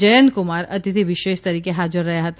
જયંતકુમાર તિથિ વિશેષ તરીકે હાજર રહયા હતા